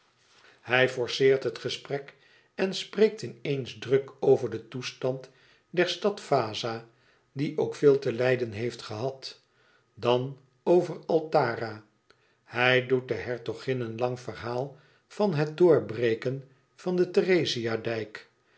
hij forceert het gesprek en spreekt in eens e ids aargang druk over den toestand der stad vaza die ook veel te lijden heeft gehad dan over altara hij doet de hertogin een lang verhaal van het doorbreken van den